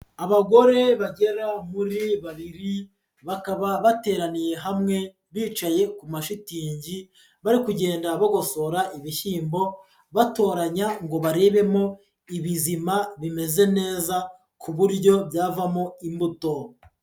Abagore bagera muri babiri, bakaba bateraniye hamwe bicaye ku mashitingi bari kugenda bagosora ibishyimbo batoranya ngo barebemo ibizima bimeze neza ku buryo byavamo imbuto.